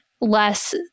less